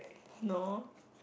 no